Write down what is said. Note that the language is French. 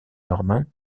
norman